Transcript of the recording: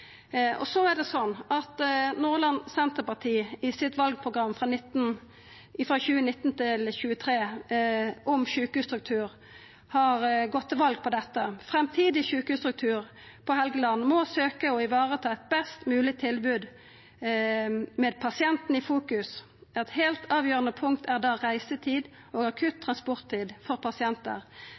mandatet. Så er det slik at Nordland Senterparti i sitt valprogram 2019–2023, om sjukehusstruktur, har gått til val på dette: «Framtidig sykehusstruktur på Helgeland må søke å ivareta et best mulig tilbud med pasienten i fokus. Et helt avgjørende punkt er da reisetid og akutt transporttid for pasienter.